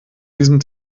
diesem